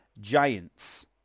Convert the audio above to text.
Giants